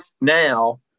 now